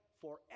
forever